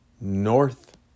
North